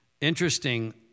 interesting